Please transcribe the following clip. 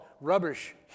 rubbish